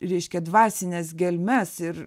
reiškia dvasines gelmes ir